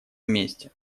вместе